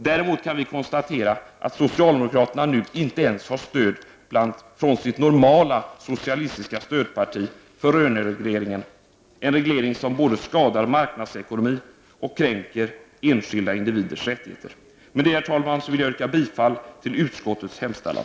Däremot kan vi konstatera att socialdemokraterna nu inte ens har stöd av sitt normala socialistiska stödparti för löneregleringen, en reglering som både skadar marknadsekonomin och kränker enskilda individers rättigheter. Med det, herr talman, vill jag yrka bifall till utskottets hemställan.